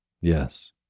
Yes